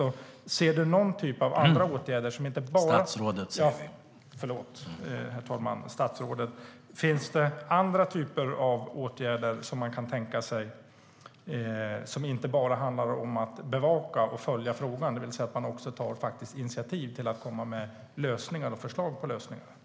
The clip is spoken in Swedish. Kan statsrådet tänka sig andra åtgärder, som inte bara handlar om att bevaka och följa frågan utan också om att ta initiativ till att komma med lösningar eller förslag till lösningar?